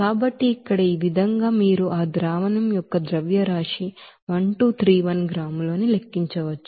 కాబట్టి ఇక్కడ ఈ విధంగా మీరు ఆ ಸೊಲ್ಯೂಷನ್ యొక్క ಮಾಸ್ ಫ್ಲೋ ರೇಟ್ 1231 గ్రాములు అని లెక్కించవచ్చు